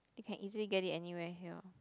it can easily get it anywhere here